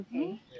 Okay